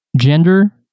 gender